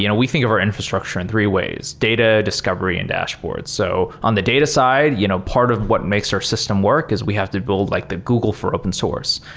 you know we think of our infrastructure in three ways data discovery and dashboards. so on the data side, you know part of what makes our system work is we have to build like the google for open source.